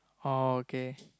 oh okay